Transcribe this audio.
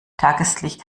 tageslicht